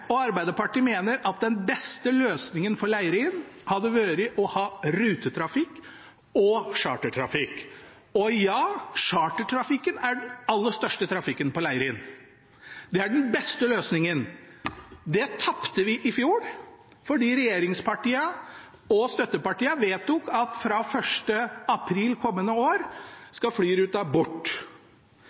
og Arbeiderpartiet mener at den beste løsningen for Leirin hadde vært å ha rutetrafikk og chartertrafikk. Og ja, chartertrafikken er den aller største trafikken på Leirin. Det er den beste løsningen. Der tapte vi i fjor fordi regjeringspartiene og støttepartiene vedtok at fra 1. april kommende år skal